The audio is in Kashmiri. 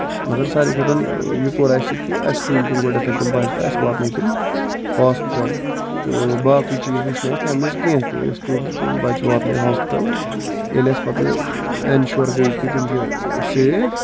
مَگر ساروی کھۄتہٕ یہِ کوٚر اَسہِ کہِ اَسہِ تُلۍ تِم گۄڈنیتھ تِم بَچہٕ تہٕ اَسہِ واتنٲے تِم ہاسپِٹل تہٕ باقٕے چیٖز وٕچھ نہٕ اَسہِ تَمہِ وِزِ کیٚنٛہہ اَسہِ تُلۍ تہٕ تِم بَچہٕ واتنٲے ہاسپِٹل ییٚلہِ أسۍ پَتہٕ اینشور گٔے کہِ تِم چھِ سیف